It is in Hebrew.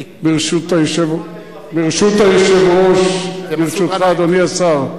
ברשות היושב-ראש, ברשותך, אדוני השר,